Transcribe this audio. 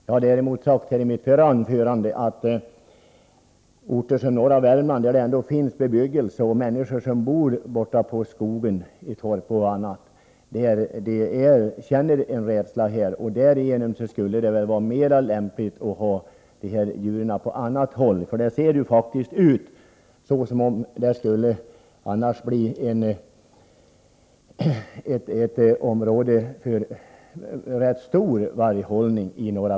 Jag har däremot sagt i mitt förra anförande att man i skogstrakter som norra Värmland, där det trots allt bor människor, i torp och i annan bebyggelse, känner en rädsla i detta sammanhang. Därför skulle det vara lämpligare att ha vargarna på annat håll. Som det nu ser ut kan norra Värmland annars bli ett område för rätt stor varghållning.